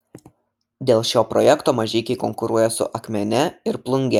dėl šio projekto mažeikiai konkuruoja su akmene ir plunge